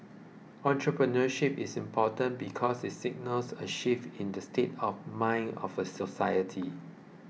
entrepreneurship is important because it signals a shift in the state of mind of a society